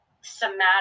somatic